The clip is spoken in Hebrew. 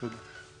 תודה.